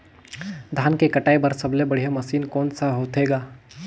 धान के कटाई बर सबले बढ़िया मशीन कोन सा होथे ग?